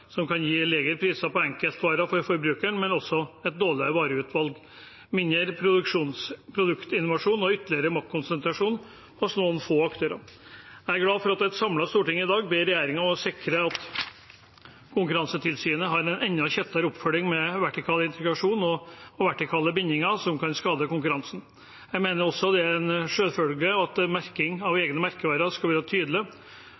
som kan gi lavere priser på enkelte varer for forbrukeren, men også et dårligere vareutvalg, mindre produktinnovasjon og ytterligere maktkonsentrasjon hos noen få aktører. Jeg er glad for at et samlet storting i dag ber regjeringen sikre at Konkurransetilsynet har en enda tettere oppfølging med vertikal integrasjon og vertikale bindinger som kan skade konkurransen. Jeg mener også det er en selvfølge at merking av